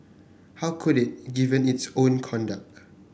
how could it given its own conduct